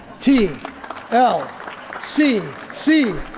t l c c.